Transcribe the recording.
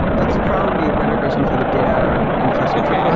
that's probably a better question for the data infrastructure